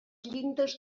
llindes